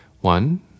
One